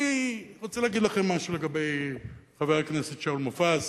אני רוצה להגיד לכם משהו לגבי חבר הכנסת שאול מופז,